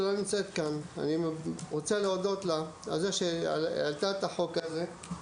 שלא נמצאת כאן אני רוצה להודות לה על זה שהיא העלתה את החוק הזה.